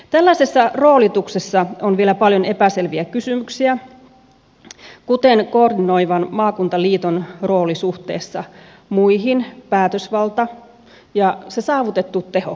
tällaisessa roolituksessa on vielä paljon epäselviä kysymyksiä kuten koordinoivan maakuntaliiton rooli suhteessa muihin päätösvalta ja se saavutettu tehokkuus